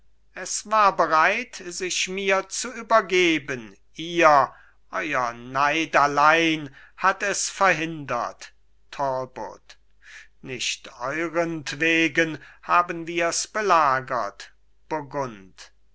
es war bereit sich mir zu übergeben ihr euer neid allein hat es verhindert talbot nicht eurentwegen haben wirs belagert burgund